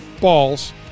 balls